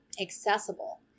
accessible